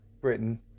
Britain